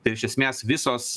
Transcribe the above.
tai iš esmės visos